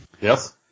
Yes